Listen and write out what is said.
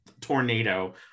tornado